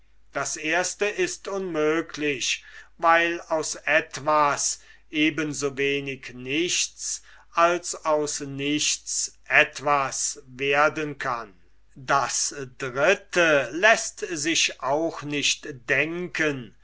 das erste ist unmöglich weil aus etwas eben so wenig nichts als aus nichts etwas werden kann das dritte läßt sich auch nicht denken